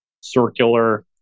circular